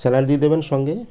salad দিয়ে দেবেন সঙ্গে